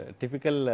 typical